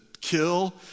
kill